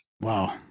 Wow